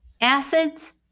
Acids